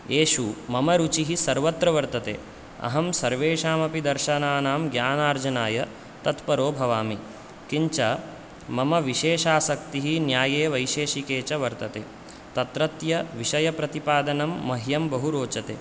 येषु मम रुचिः सर्वत्र वर्तते अहं सर्वेषामपि दर्शनानां ज्ञानार्जनाय तत्परो भवामि किञ्च मम विशेषासक्तिः न्याये वैशेषिके च वर्तते तत्रत्यविषयप्रतिपादनं मह्यं बहु रोचते